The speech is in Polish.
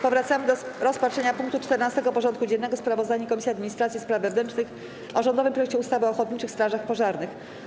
Powracamy do rozpatrzenia punktu 14. porządku dziennego: Sprawozdanie Komisji Administracji i Spraw Wewnętrznych o rządowym projekcie ustawy o ochotniczych strażach pożarnych.